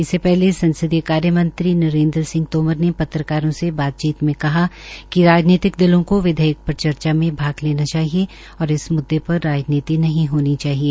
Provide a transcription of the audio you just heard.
इससे पहले संसदीय कार्यमंत्री नरेन्द्र तोमर ने पत्रकारों से बातचीत में कहा कि राजनीतिक दलों को विधेयक पर चर्चा में भाग लेना चाहिए और इस मूद्दे पर राजनीति नहीं होनी चाहिए